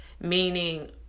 meaning